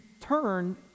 turn